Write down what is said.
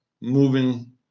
moving